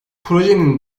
projenin